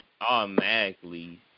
automatically